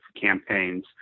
campaigns